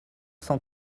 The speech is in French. cent